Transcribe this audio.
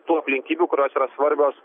tų aplinkybių kurios yra svarbios